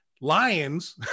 Lions